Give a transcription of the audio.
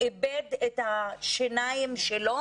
הוא איבד את השיניים שלו